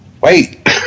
Wait